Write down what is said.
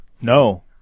No